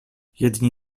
jedni